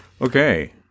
Okay